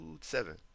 seven